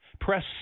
Press